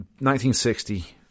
1960